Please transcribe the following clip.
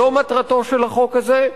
זאת מטרתו של החוק הזה.